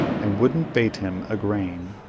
and wouldn't bate him a grain.